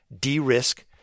de-risk